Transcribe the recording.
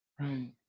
right